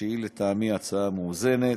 שהיא לטעמי הצעה מאוזנת.